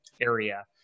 area